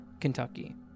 Kentucky